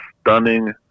stunning